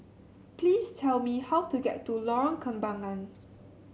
please tell me how to get to Lorong Kembangan